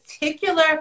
particular